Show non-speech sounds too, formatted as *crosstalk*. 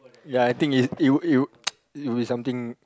ya I think is it'll it'll *noise* if it's something